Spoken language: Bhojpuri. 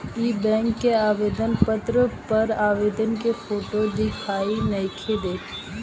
इ बैक के आवेदन पत्र पर आवेदक के फोटो दिखाई नइखे देत